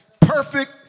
perfect